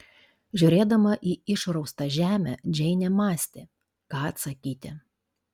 žiūrėdama į išraustą žemę džeinė mąstė ką atsakyti